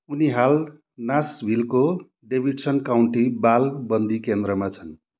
उनी हाल नासभिलको डेभिडसन काउन्टी बाल बन्दी केन्द्रमा छन्